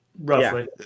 roughly